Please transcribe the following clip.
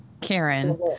Karen